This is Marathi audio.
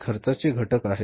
हे खर्चाचे घटक आहेत